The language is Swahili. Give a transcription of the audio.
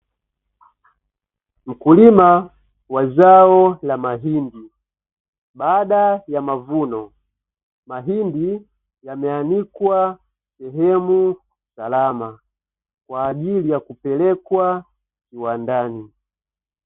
Mkulima wa zao la mahindi baada ya mavuno; mahindi yameanikwa sehemu salama kwa ajili ya kupelekwa viwandani.